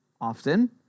often